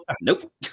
Nope